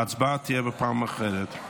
ההצבעה תהיה בפעם אחרת.